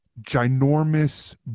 ginormous